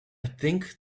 think